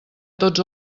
tots